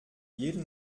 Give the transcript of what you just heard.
jede